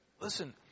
listen